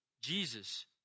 Jesus